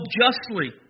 justly